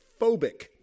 phobic